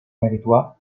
meritua